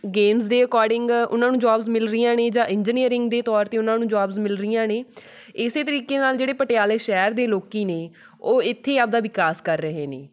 games ਦੇ according ਉਹਨਾਂ ਨੂੰ ਜੋਬਸ ਮਿਲ ਰਹੀਆਂ ਨੇ ਜਾਂ ਇੰਜੀਨੀਅਰਿੰਗ ਦੇ ਤੌਰ 'ਤੇ ਉਹਨਾਂ ਨੂੰ ਜੋਬਸ ਮਿਲ ਰਹੀਆਂ ਨੇ ਇਸ ਤਰੀਕੇ ਨਾਲ਼ ਜਿਹੜੇ ਪਟਿਆਲੇ ਸ਼ਹਿਰ ਦੇ ਲੋਕ ਨੇ ਉਹ ਇੱਥੇ ਆਪਦਾ ਵਿਕਾਸ ਕਰ ਰਹੇ ਨੇ